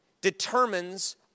determines